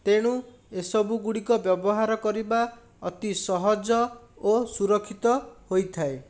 ତେଣୁ ଏସବୁଗୁଡ଼ିକ ବ୍ୟବହାର କରିବା ଅତି ସହଜ ଓ ସୁରକ୍ଷିତ ହୋଇଥାଏ